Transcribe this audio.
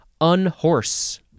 unhorse